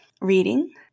reading